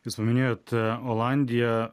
jūs paminėjot olandiją